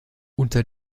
unter